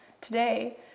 today